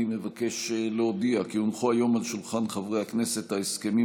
אני מבקש להודיע כי הונחו היום על שולחן הכנסת ההסכמים